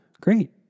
great